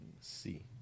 see